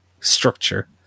structure